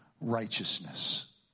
righteousness